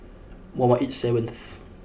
one one eight seventh